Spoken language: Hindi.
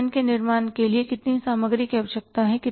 इस पेन के निर्माण के लिए कितनी सामग्री की आवश्यकता होती है